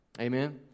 Amen